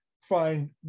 find